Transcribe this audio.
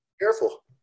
careful